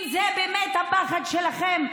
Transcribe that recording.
אם זה באמת הפחד שלכם,